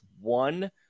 one